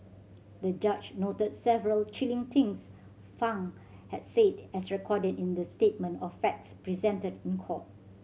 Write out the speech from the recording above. the judge noted several chilling things Fang had said as recorded in the statement of facts presented in court